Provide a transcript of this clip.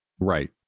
Right